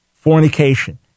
fornication